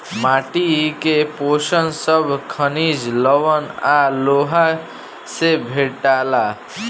माटी के पोषण सब खनिज, लवण आ लोहा से भेटाला